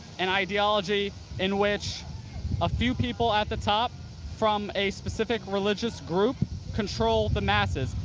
an ideology in which a few people at the top from a specific religious group control the masses,